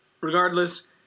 regardless